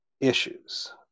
issues